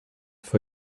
for